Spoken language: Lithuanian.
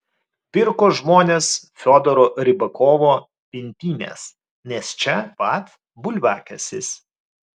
pirko žmonės fiodoro rybakovo pintines nes čia pat bulviakasis